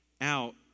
out